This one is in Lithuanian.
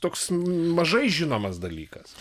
toks mažai žinomas dalykas